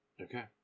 Okay